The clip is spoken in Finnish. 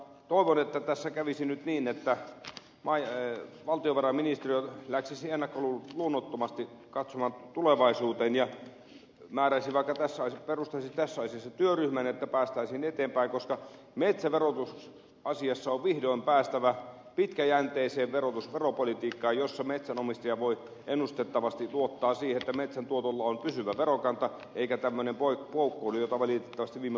toivon että tässä kävisi nyt niin että valtiovarainministeriö läksisi ennakkoluulottomasti katsomaan tulevaisuuteen ja perustaisi vaikka tässä asiassa työryhmän että päästäisiin eteenpäin koska metsäverotusasiassa on vihdoin päästävä pitkäjänteiseen veropolitiikkaan jossa metsänomistaja voi ennustettavasti luottaa siihen että metsän tuotolla on pysyvä verokanta eikä ole tämmöistä poukkoilua jota valitettavasti viime vuosina on ollut